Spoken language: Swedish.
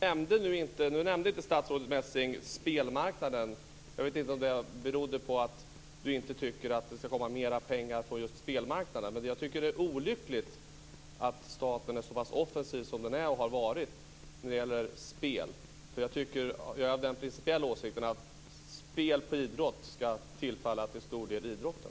Fru talman! Nu nämnde inte statsrådet Messing spelmarknaden. Jag vet inte om det berodde på att hon inte tycker att det skall komma mer pengar från just spelmarknaden. Jag tycker att det är olyckligt att staten är så pass offensiv som den har varit det när det gäller spel. Jag är av den principiella åsikten att pengarna från spel på idrott till stor del skall tillfalla idrotten.